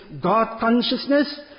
God-consciousness